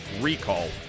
Recall